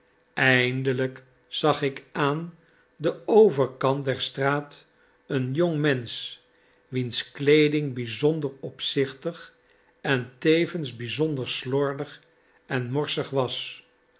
eindelijk zag ik aan den overkant der straat een jong mensch wiens kleeding bijzonder opzichtig en tevens bijzonder slordig en morsig was